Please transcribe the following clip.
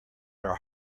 are